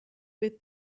with